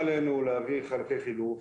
יש להם תפקיד חשוב במשק.